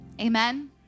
Amen